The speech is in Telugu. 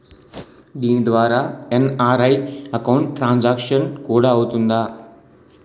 దీని ద్వారా ఎన్.ఆర్.ఐ అకౌంట్ ట్రాన్సాంక్షన్ కూడా అవుతుందా?